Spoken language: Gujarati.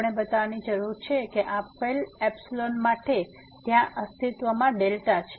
આપણને બતાવવાની જરૂર છે કે આપેલ માટે ત્યાં અસ્તિત્વમાં છે